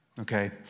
Okay